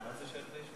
מה זה שייך, ?